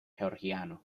georgiano